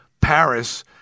Paris